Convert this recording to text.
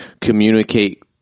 communicate